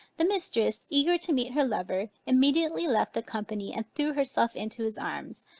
the mistress eager to meet her lover, immediately left the company and threw herself into his arms,